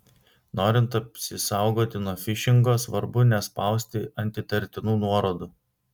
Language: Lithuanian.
norint apsisaugoti nuo fišingo svarbu nespausti ant įtartinų nuorodų